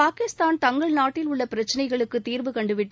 பாகிஸ்தான் தங்கள் நாட்டில் உள்ள பிரச்சிளைகளுக்கு தீர்வு கண்டுவிட்டு